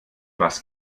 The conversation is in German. was